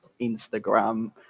instagram